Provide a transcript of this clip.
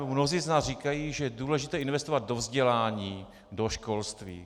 Mnozí z nás říkají, že je důležité investovat do vzdělání, do školství.